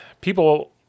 people